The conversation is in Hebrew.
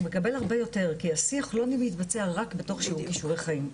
הוא מקבל הרבה יותר כי השיח לא מתבצע רק בתוך שיעור כישורי החיים,